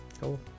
Cool